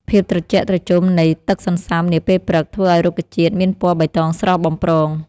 ភាពត្រជាក់ត្រជុំនៃទឹកសន្សើមនាពេលព្រឹក ធ្វើឱ្យរុក្ខជាតិមានពណ៌បៃតងស្រស់បំព្រង។